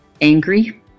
angry